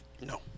No